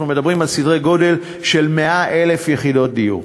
אנחנו מדברים על סדרי גודל של 100,000 יחידות דיור.